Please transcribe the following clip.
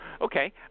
Okay